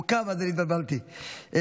התבלבלתי.